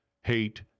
hate